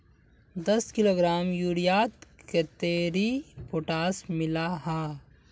दस किलोग्राम यूरियात कतेरी पोटास मिला हाँ?